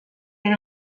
ere